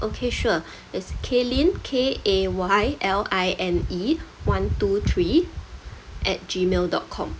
okay sure it's kayline K A Y L I N E one two three at gmail dot com